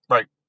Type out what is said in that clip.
Right